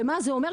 ומה זה אומר?